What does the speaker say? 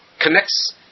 connects